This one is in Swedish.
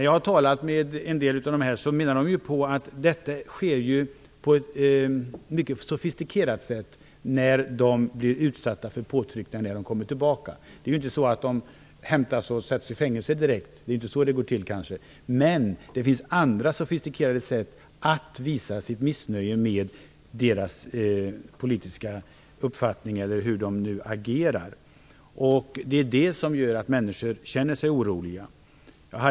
Jag har talat med en del av dem och de menar att de påtryckningar de blir utsatta för när de kommer tillbaka sker på ett mycket sofistikerat sätt. Det går kanske inte till så att de hämtas och direkt sätts i fängelse. Men det finns andra sofistikerade sätt att visa missnöje med deras politiska uppfattning eller agerande. Det är det som gör att människor känner sig oroliga.